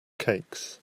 cakes